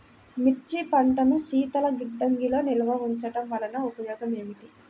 మిర్చి పంటను శీతల గిడ్డంగిలో నిల్వ ఉంచటం వలన ఉపయోగం ఏమిటి?